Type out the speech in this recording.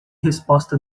resposta